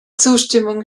zustimmung